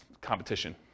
competition